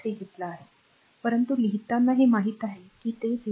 3 घेतला आहे परंतु लिहिताना हे माहित आहे की ते 0